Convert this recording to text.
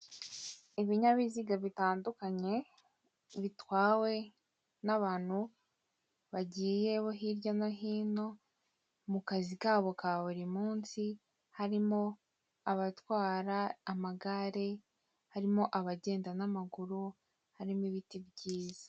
Ibinyabiziga bitandukanye, bitwawe n'abantu bagiye hirya no hino, mu kazi kabo ka buri munsi, harimo abatwara amagare, harimo abagenda n'amaguru, harimo ibiti byiza.